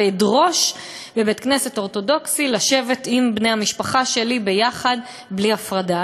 ואדרוש בבית-כנסת אורתודוקסי לשבת עם בני המשפחה שלי יחד בלי הפרדה.